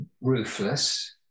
ruthless